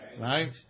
right